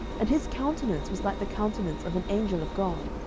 and his countenance was like the countenance of an angel of god,